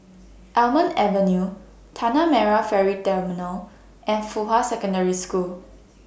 Almond Avenue Tanah Merah Ferry Terminal and Fuhua Secondary School